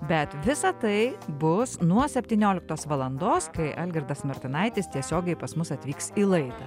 bet visa tai bus nuo septynioliktos valandos kai algirdas martinaitis tiesiogiai pas mus atvyks į laidą